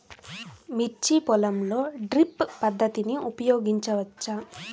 మిర్చి పొలంలో డ్రిప్ పద్ధతిని ఉపయోగించవచ్చా?